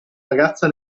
ragazza